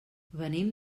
venim